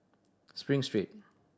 Spring Street